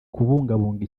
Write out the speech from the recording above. kubungabunga